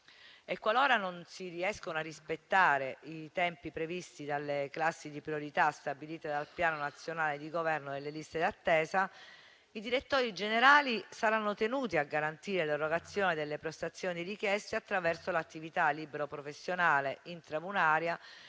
Qualora non si riescano a rispettare i tempi previsti dalle classi di priorità stabilite dal piano nazionale di governo delle liste d'attesa, i direttori generali saranno tenuti a garantire l'erogazione delle prestazioni richieste attraverso l'attività libero-professionale intramuraria